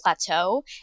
plateau